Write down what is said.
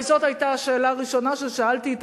הרי זאת היתה השאלה הראשונה ששאלתי את